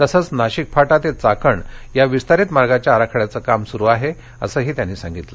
तसंच नाशिक फाटा तच्चिकण या विस्तारित मार्गाच्या आराखड्याचं काम सुरू आहअसंही त्यांनी सांगितलं